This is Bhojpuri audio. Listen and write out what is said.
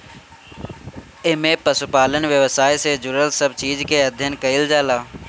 एमे पशुपालन व्यवसाय से जुड़ल सब चीज के अध्ययन कईल जाला